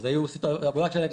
אז היו עושים את העבודה שלהם,